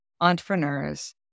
Entrepreneurs